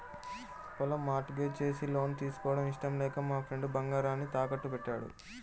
పొలం mortgage చేసి loan తీసుకోవడం ఇష్టం లేక మా ఫ్రెండు బంగారాన్ని తాకట్టుబెట్టాడు